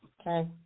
Okay